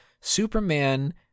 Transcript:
Superman